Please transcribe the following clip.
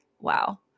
wow